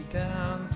down